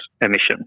emission